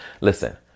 Listen